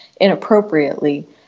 inappropriately